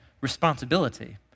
responsibility